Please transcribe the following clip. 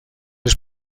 les